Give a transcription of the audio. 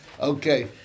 Okay